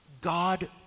God